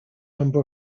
number